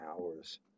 hours